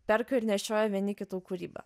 perka ir nešioja vieni kitų kūrybą